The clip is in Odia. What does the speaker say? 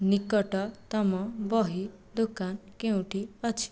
ନିକଟତମ ବହି ଦୋକାନ କେଉଁଠି ଅଛି